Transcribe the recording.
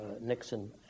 Nixon